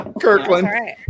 Kirkland